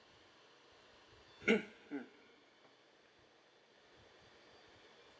mm